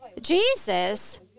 Jesus